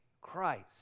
Christ